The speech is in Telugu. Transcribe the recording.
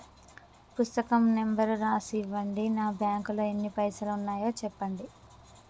పుస్తకం నెంబరు రాసి ఇవ్వండి? నా బ్యాంకు లో ఎన్ని పైసలు ఉన్నాయో చెప్పండి?